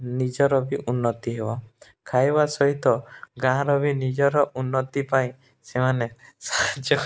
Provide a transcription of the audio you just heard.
ନିଜର ବି ଉନ୍ନତି ହେବ ଖାଇବା ସହିତ ଗାଁର ବି ନିଜର ଉନ୍ନତି ପାଇଁ ସେମାନେ ସାହାଯ୍ୟ